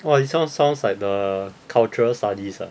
!wah! this one sounds like the cultural studies ah